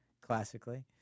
classically